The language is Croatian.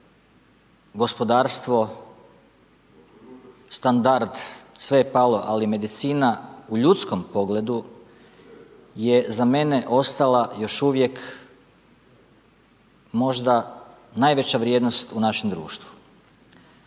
gospodarstvo, standard, sve je palo, ali medicina u ljudskom pogledu je za mene ostala još uvijek možda najveća vrijednost u našem društvu.